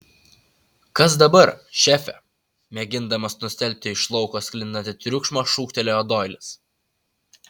kas dabar šefe mėgindamas nustelbti iš lauko sklindantį triukšmą šūktelėjo doilis